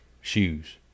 shoes